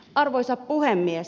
arvoisa puhemies